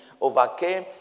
overcame